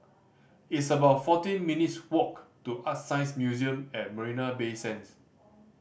it's about fourteen minutes' walk to ArtScience Museum at Marina Bay Sands